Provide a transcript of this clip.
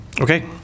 okay